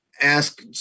ask